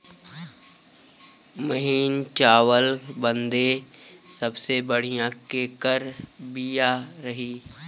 महीन चावल बदे सबसे बढ़िया केकर बिया रही?